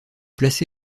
placé